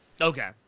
Okay